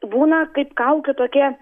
būna kaip kaukių tokie